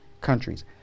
countries